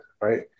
Right